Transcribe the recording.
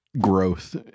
growth